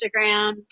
Instagram